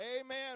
Amen